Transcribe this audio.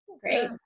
Great